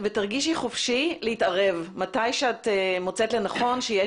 תרגישי חופשי להתערב כשאת מוצאת לנכון ויש